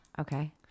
Okay